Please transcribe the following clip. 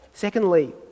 Secondly